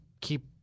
keep